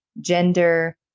gender